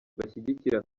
bashyigikira